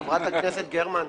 חברת הכנסת גרמן,